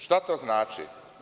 Šta to znači?